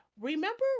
remember